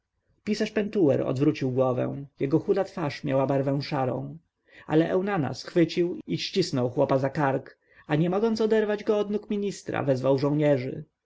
pisarz pentuer odwrócił głowę jego chuda twarz miała barwę szarą ale eunana schwycił i ścisnął chłopa za kark a nie mogąc oderwać go od nóg ministra wezwał żołnierzy